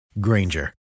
Granger